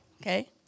okay